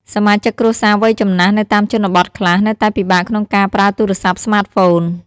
សមាជិកគ្រួសារវ័យចំណាស់នៅតាមជនបទខ្លះ នៅតែពិបាកក្នុងការប្រើទូរស័ព្ទស្មាតហ្វូន។